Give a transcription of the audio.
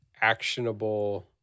actionable